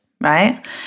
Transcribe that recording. right